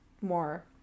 more